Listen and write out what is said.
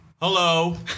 Hello